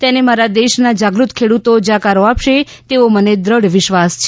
તેને મારા દેશના જાગૃત ખેડૂતો જાકારો આપશે તેવો મને દ્રઢ વિશ્વાસ છે